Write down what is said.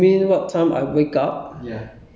ke~ 我几点起身